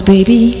Baby